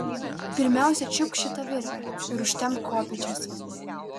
pirmiausia čiupk šitą virvę ir užtempk kopėčias